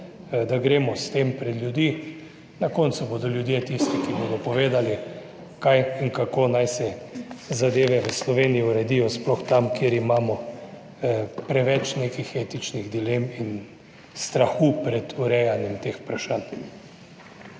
da gremo s tem pred ljudi, na koncu bodo ljudje tisti, ki bodo povedali, kaj in kako naj se zadeve v Sloveniji uredijo, sploh tam, kjer imamo preveč nekih etičnih dilem in strahu pred urejanjem teh vprašanj.